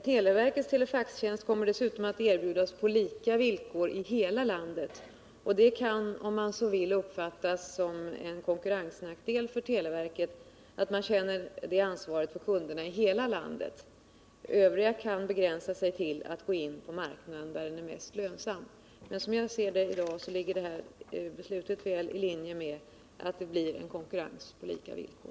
Televerkets telefaxtjänst kommer dessutom att erbjudas på lika villkor i hela landet. Det kan om man så vill uppfattas såsom en konkurrensnackdel för televerket att verket känner ansvar för kunderna i hela landet. Övriga leverantörer kan begränsa sig till att gå in på marknaden där den är mest lönsam. Som jag ser det i dag ligger detta beslut väl i linje med att det blir en konkurrens på lika villkor.